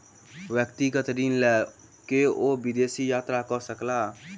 व्यक्तिगत ऋण लय के ओ विदेश यात्रा कय सकला